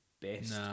best